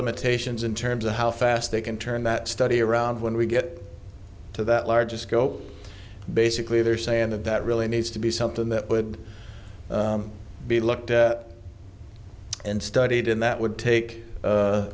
limitations in terms of how fast they can turn that study around when we get to that larger scope basically they're saying that that really needs to be something that would be looked at and studied in that would take